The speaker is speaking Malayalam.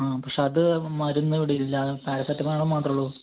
ആ പക്ഷേ അത് മരുന്നിവിടേ ഇല്ലാ പാരാസെറ്റമോള് മാത്രമേ ഉള്ളൂ